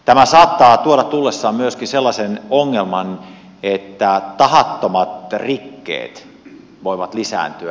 tämä saattaa tuoda tullessaan myöskin sellaisen ongelman että tahattomat rikkeet voivat lisääntyä